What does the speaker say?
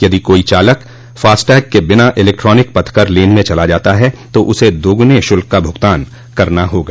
यदि कोई चालक फास्टैग के बिना इलेक्ट्रॉनिक पथकर लेन में चला जाता है तो उसे दोगुने शुल्क का भुगतान करना होगा